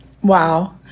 Wow